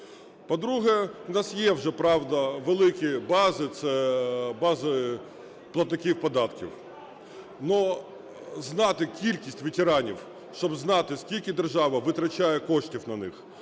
По-друге, у нас є вже, правда, великі бази, це бази платників податків. Но знати кількість ветеранів, щоб знати, скільки держава витрачає коштів на них,